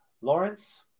Lawrence